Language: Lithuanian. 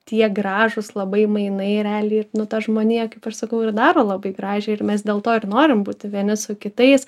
tie gražūs labai mainai realiai ir nu tą žmoniją kaip aš sakau ir daro labai gražią ir mes dėl to ir norim būti vieni su kitais